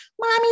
mommy